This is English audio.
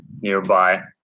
nearby